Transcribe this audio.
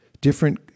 different